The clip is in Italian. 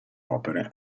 opere